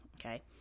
okay